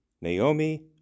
Naomi